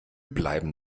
bleiben